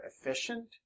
efficient